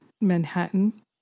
Manhattan